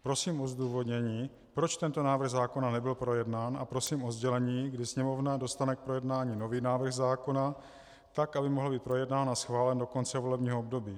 Prosím o zdůvodnění, proč tento návrh zákona nebyl projednán, a prosím o sdělení, kdy Sněmovna dostane k projednání nový návrh zákona tak, aby mohl být projednán a schválen do konce volebního období.